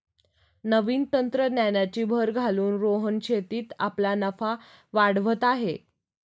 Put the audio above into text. नवीन तंत्रज्ञानाची भर घालून रोहन शेतीत आपला नफा वाढवत आहे